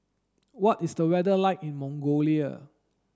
what is the weather like in Mongolia